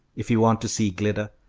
if you want to see glitter.